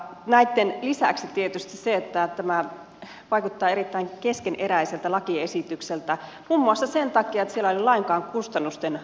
näitten lisäksi tietysti on se että tämä vaikuttaa erittäin keskeneräiseltä lakiesitykseltä muun muassa sen takia että täällä ei ole lainkaan kustannusten arviointia